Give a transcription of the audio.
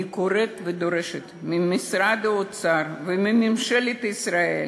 אני קוראת ודורשת ממשרד האוצר ומממשלת ישראל